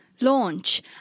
launch